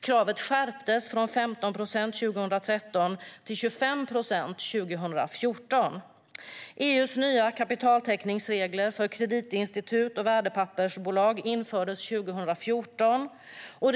Kravet skärptes från 15 procent 2013 till 25 procent 2014. EU:s nya kapitaltäckningsregler för kreditinstitut och värdepappersbolag infördes 2014.